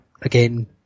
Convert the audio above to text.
again